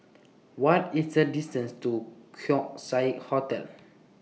What IS The distance to Keong Saik Hotel